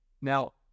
Now